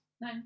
No